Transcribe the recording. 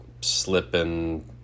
slipping